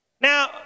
Now